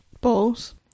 Balls